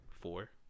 four